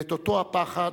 ואת אותו הפחד,